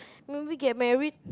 when get married